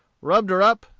rubbed her up,